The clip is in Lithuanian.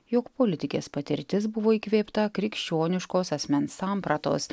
jog politikės patirtis buvo įkvėpta krikščioniškos asmens sampratos